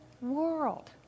world